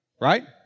Right